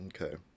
Okay